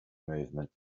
movement